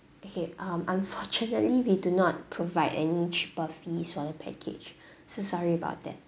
okay um unfortunately we do not provide any cheaper fees for the package so sorry about that